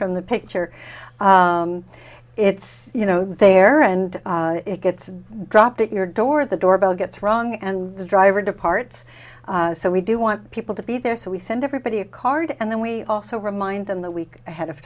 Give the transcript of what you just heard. from the picture it's you know there and it gets dropped at your door the door bell gets wrong and the driver departs so we do want people to be there so we send everybody a card and then we also remind them that week ahead